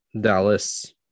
Dallas